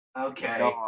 Okay